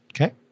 Okay